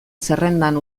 zerrendan